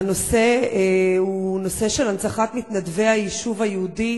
והנושא הוא הנצחת מתנדבי היישוב היהודי